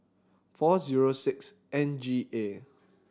four zero six N G A